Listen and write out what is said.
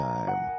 Time